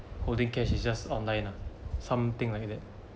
holding cash it's just online lah something like that